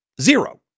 zero